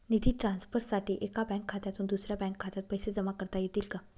निधी ट्रान्सफरसाठी एका बँक खात्यातून दुसऱ्या बँक खात्यात पैसे जमा करता येतील का?